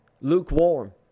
Lukewarm